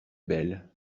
belle